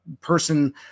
person